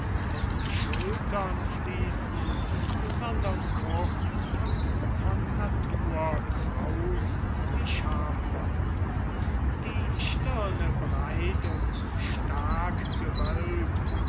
um die schultern fließend sondern kurz und von natur kraus wie schafwolle die stirne breit und stark gewölbt